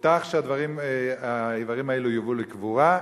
הובטח שהאיברים האלו יובאו לקבורה.